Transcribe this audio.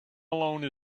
alone